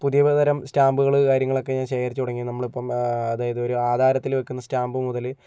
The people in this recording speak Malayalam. പുതിയതരം സ്റ്റാമ്പുകൾ കാര്യങ്ങൾ ഒക്കെ ഞാന് ശേഖരിച്ചു തുടങ്ങിയത് നമ്മളിപ്പോൾ ആ അതായിത് ഒരു ആധാരത്തില് വെക്കുന്ന സ്റ്റാമ്പു മുതൽ